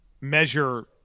measure